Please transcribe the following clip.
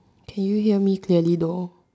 can you hear me clearly though